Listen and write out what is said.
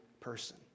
person